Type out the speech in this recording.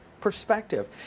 perspective